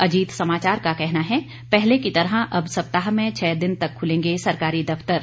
अजीत समाचार का कहना है पहले की तरह अब सप्ताह में छह दिन तक खुलेंगे सरकारी दफ्तर